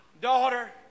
daughter